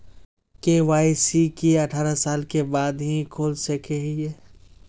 KYC की अठारह साल के बाद ही खोल सके हिये?